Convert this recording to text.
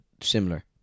similar